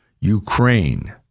Ukraine